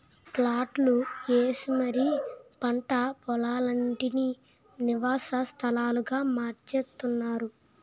ప్లాట్లు ఏసి మరీ పంట పోలాలన్నిటీనీ నివాస స్థలాలుగా మార్చేత్తున్నారు